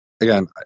again